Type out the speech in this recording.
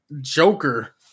Joker